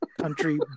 country